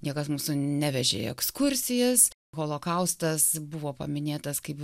niekas mūsų nevežė į ekskursijas holokaustas buvo paminėtas kaip